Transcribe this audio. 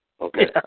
Okay